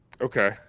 Okay